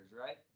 right